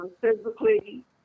physically